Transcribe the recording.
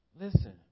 Listen